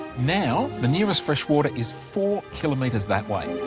now the nearest fresh water is four kilometres that way.